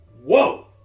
Whoa